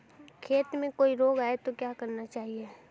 खेत में कोई रोग आये तो क्या करना चाहिए?